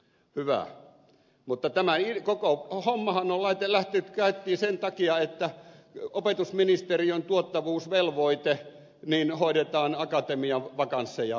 hyvä mutta tämä koko hommahan on lähtenyt käyntiin sen takia että opetusministeriön tuottavuusvelvoite hoidetaan akatemian vakansseja lakkauttamalla